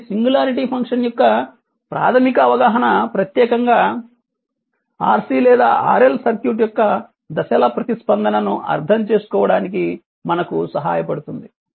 కాబట్టి singularity function యొక్క ప్రాథమిక అవగాహన ప్రత్యేకంగా RC లేదా RL సర్క్యూట్ యొక్క దశల ప్రతిస్పందనను అర్థం చేసుకోవడానికి మనకు సహాయపడుతుంది